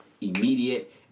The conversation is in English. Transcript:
immediate